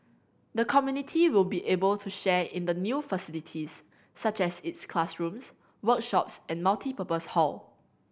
the community will be able to share in the new facilities such as its classrooms workshops and multipurpose hall